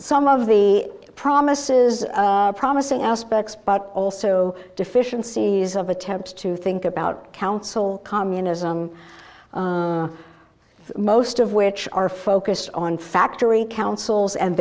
some of the promises promising aspects but also deficiencies of attempts to think about council communism most of which are focused on factory councils and